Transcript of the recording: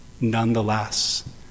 nonetheless